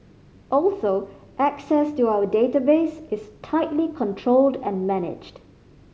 also access to our database is tightly controlled and managed